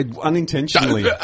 Unintentionally